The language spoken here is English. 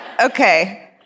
Okay